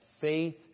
faith